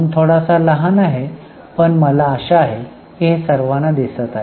font थोडासा लहान आहे पण मला आशा आहे की हे सर्वांना दिसते आहे